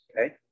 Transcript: Okay